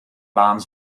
baan